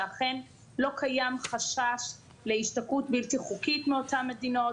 שאכן לא קיים חשש להשתקעות בלתי חוקית מאותן מדינות,